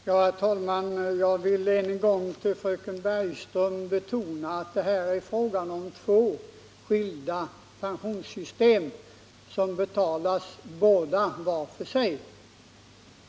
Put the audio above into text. Herr talman! Jag vill än en gång betona för Britta Bergström att det här är fråga om två skilda pensionssystem som betalas var för sig.